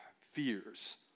fears